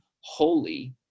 holy